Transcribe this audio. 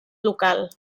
local